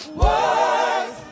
words